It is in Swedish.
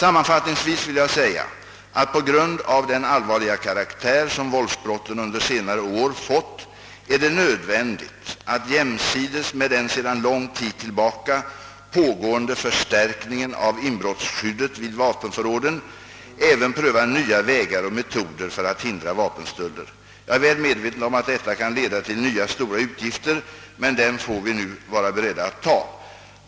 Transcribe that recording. Sammanfattningsvis vill jag säga att på grund av den allvarliga karaktär som våldsbrotten under senare år fått är det nödvändigt att jämsides med den sedan lång tid tillbaka pågående förstärkningen av inbrottsskyddet vid vapenförråden även pröva nya vägar och metoder för att förhindra vapenstölder. Jag är väl medveten om att detta kan leda till nya stora utgifter, men dem får vi vara beredda att ta.